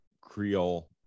creole